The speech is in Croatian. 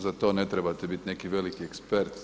Za to ne trebate biti neki veliki ekspert.